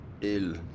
ill